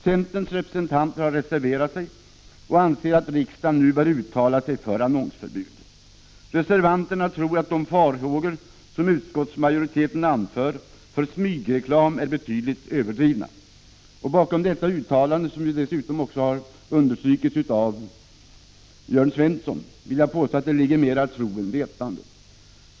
Centerns representanter har reserverat sig och anser att riksdagen nu bör uttala sig för annonsförbud. Reservanterna tror att de farhågor för smygreklam som utskottsmajoriteten anför är betydligt överdrivna. Jag vill påstå att det bakom detta uttalande, som dessutom har understrukits av Jörn Svensson, ligger mera tro än vetande.